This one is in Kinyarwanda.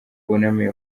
bunamiye